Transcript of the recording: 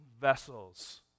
vessels